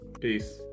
Peace